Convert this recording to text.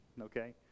okay